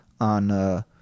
on